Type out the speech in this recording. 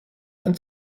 ein